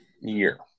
year